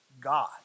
God